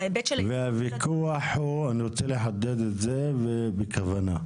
והוויכוח הוא, אני רוצה לחדד את זה בכוונה.